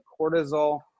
cortisol